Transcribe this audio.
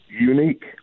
unique